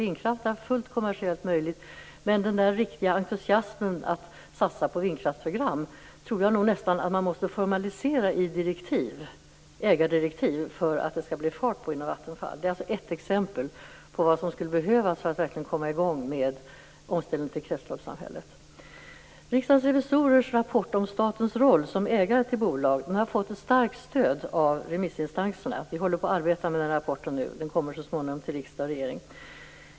Vindkraften är kommersiellt fullt möjlig men den riktiga entusiasmen för att satsa på vindkraftsprogram tror jag nog måste formaliseras i ägardirektiv för att det skall bli fart på Vattenfall. Det är ett exempel på vad som skulle behövas för att man verkligen skall komma i gång med omställningen till kretsloppssamhället. Riksdagens revisorers rapport om statens roll som ägare till bolag har fått starkt stöd av remissinstanserna. Vi arbetar just nu med rapporten, och den kommer så småningom till riksdagen och regeringen.